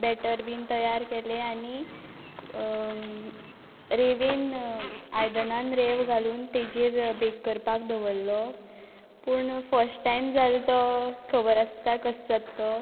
batter बीन तयार केलें आनी रेंवेन आयदनांत रेंव घालून ताजेर बॅक करपाक दवरलो पूण फर्स्ट टायम जाल तो खबर आसता कस जात तो